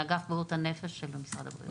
מאגף בריאות הנפש של משרד הבריאות.